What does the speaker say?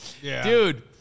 Dude